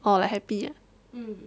or like happy